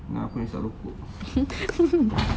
dah aku nak hisap rokok